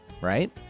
right